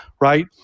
right